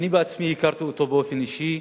אני בעצמי הכרתי אותו באופן אישי,